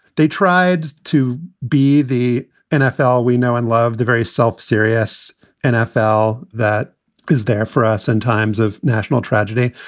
they tried to be the nfl. we know and love the very self-serious nfl that is there for us in times of national tragedy.